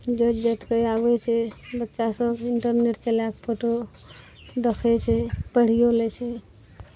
जोति जोति कऽ आबय छै बच्चा सभ इंटरनेट चला कऽ फोटो देखय छै पढ़ियो लै छै